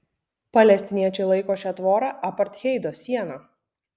palestiniečiai laiko šią tvorą apartheido siena